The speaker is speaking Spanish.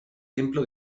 templo